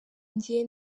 njye